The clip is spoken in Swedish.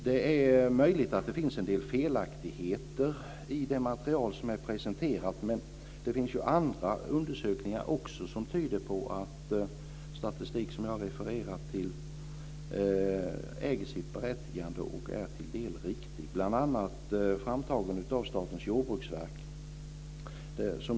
Det är möjligt att det finns en del felaktigheter i det material som är presenterat. Det finns andra undersökningar som tyder på att den statistik som jag refererar till äger sitt berättigande och är till en viss del riktig, bl.a. från Statens jordbruksverk.